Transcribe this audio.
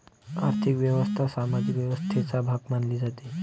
आर्थिक व्यवस्था सामाजिक व्यवस्थेचा भाग मानली जाते